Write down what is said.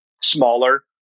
smaller